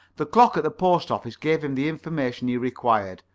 the clock at the post-office gave him the information he required,